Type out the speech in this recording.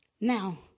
Now